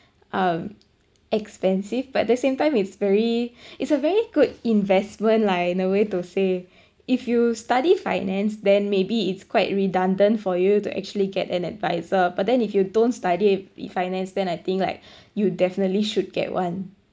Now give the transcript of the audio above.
um expensive but at the same time it's very it's a very good investment lah in a way to say if you study finance then maybe it's quite redundant for you to actually get an advisor but then if you don't study in finance then I think like you definitely should get one